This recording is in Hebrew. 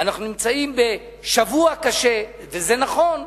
אנחנו נמצאים בשבוע קשה, זה נכון,